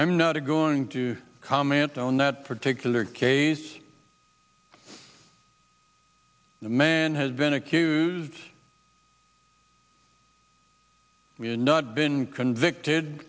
i'm not going to comment on that particular case the man has been accused we have not been convicted